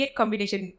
combination